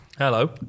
Hello